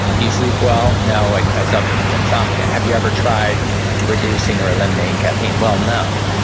do you sleep well? no, i i suffer from insomnia. have you ever tried reducing or eliminating caffeine? well, no.